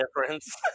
difference